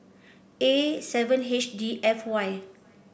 A seven H D F Y